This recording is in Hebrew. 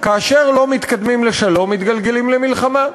כאשר לא מתקדמים לשלום, מתגלגלים למלחמה.